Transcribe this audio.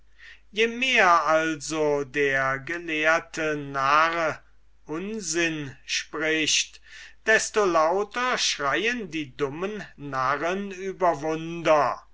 je mehr also der gelehrte narr unsinn spricht desto lauter schreien die dummen narren